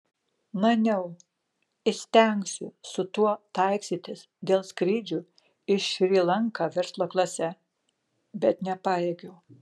maniau įstengsiu su tuo taikstytis dėl skrydžių į šri lanką verslo klase bet nepajėgiau